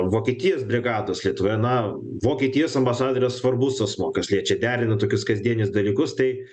vokietijos brigados lietuvoje na vokietijos ambasadorė svarbus asmuo kas liečia derina tokius kasdienius dalykus tai